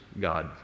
God